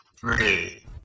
three